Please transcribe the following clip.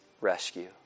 rescue